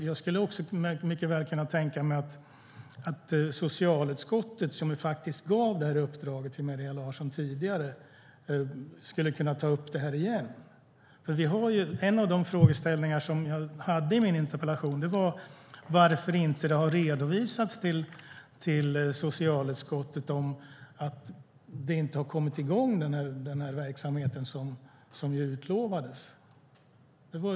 Jag skulle mycket väl kunna tänka mig att socialutskottet, som tidigare gav uppdraget till Maria Larsson, skulle kunna ta upp det igen. En av de frågeställningar som jag hade i min interpellation var varför det inte har redovisats till socialutskottet att den verksamhet som utlovades inte har kommit i gång.